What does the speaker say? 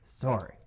sorry